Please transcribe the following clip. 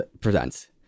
presents